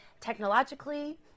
technologically